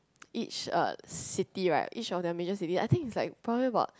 each uh city right each of their major city I think is like probably about